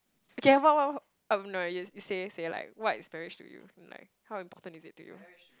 okay um no you say say like what is marriage to you and like how important is it to you